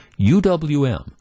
UWM